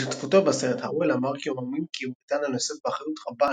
על השתתפותו בסרט האוול אמר כי הוא מאמין כי בריטניה נושאת באחריות רבה